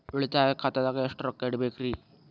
ಉಳಿತಾಯ ಖಾತೆದಾಗ ಎಷ್ಟ ರೊಕ್ಕ ಇಡಬೇಕ್ರಿ?